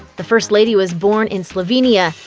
the first lady was born in slovenia,